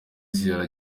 z’ijoro